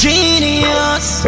Genius